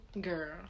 Girl